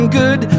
good